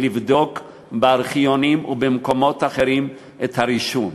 לבדוק בארכיונים ובמקומות אחרים את הרישום.